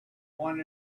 want